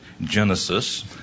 genesis